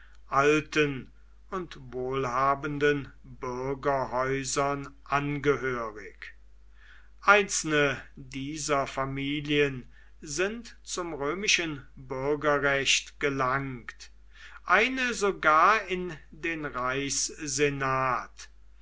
alten und wohlhabenden bürgerhäusern angehörig einzelne dieser familien sind zum römischen bürgerrecht gelangt eine sogar in den